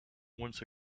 once